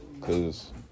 cause